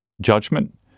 judgment